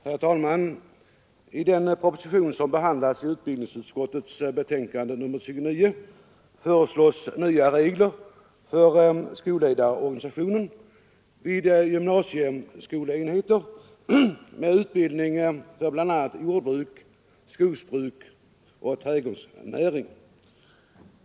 Institutionsförestån Herr talman! I den proposition som behandlas i utbildningsutskottets = dare i vissa ämnen på grundskolans betänkande nr 29 föreslås nya regler för skolledarorganisationen vid gymnasieskolenheter med utbildning för bl.a. jordbruk, skogsbruk och högstadium trädgårdsnäring.